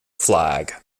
flag